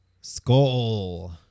Skull